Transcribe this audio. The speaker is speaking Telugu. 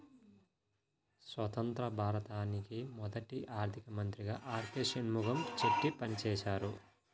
స్వతంత్య్ర భారతానికి మొదటి ఆర్థిక మంత్రిగా ఆర్.కె షణ్ముగం చెట్టి పనిచేసారు